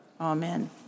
Amen